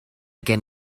gen